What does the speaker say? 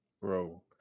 bro